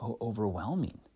overwhelming